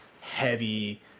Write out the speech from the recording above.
heavy